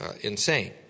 insane